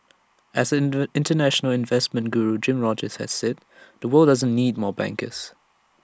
as inter International investment Guru Jim Rogers has said the world doesn't need more bankers